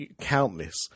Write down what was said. Countless